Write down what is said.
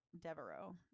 Devereaux